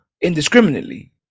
indiscriminately